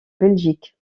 belgique